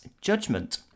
judgment